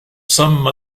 some